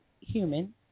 human